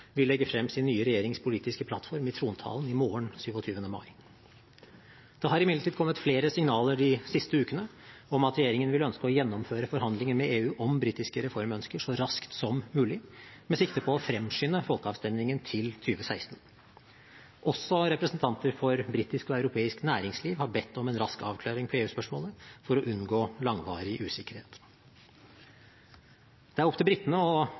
vil legge frem sin nye regjerings politiske plattform i trontalen i morgen, 27. mai. Det har imidlertid kommet flere signaler de siste ukene om at regjeringen vil ønske å gjennomføre forhandlinger med EU om britiske reformønsker så raskt som mulig, med sikte på å fremskynde folkeavstemningen til 20l6. Også representanter for britisk og europeisk næringsliv har bedt om en rask avklaring på EU-spørsmålet for å unngå langvarig usikkerhet. Det er